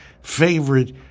favorite